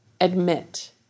admit